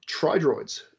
Tridroids